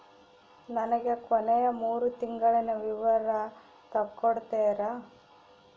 ನನಗ ಕೊನೆಯ ಮೂರು ತಿಂಗಳಿನ ವಿವರ ತಕ್ಕೊಡ್ತೇರಾ?